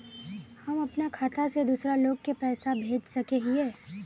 हम अपना खाता से दूसरा लोग के पैसा भेज सके हिये?